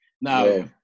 Now